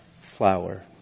flower